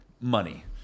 Money